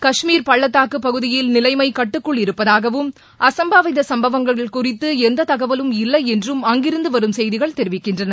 கஷ்மீர் பள்ளத்தாக்கு பகுதியில் நிலைமை கட்டுக்குள் இருப்பதாகவும் அசாம்பாவித சம்பவங்கள் குறித்து எந்த தகவலும் இல்லை என்றும் அங்கிருந்து வரும் செய்திகள் தெரிவிக்கின்றன